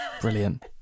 Brilliant